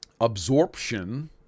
Absorption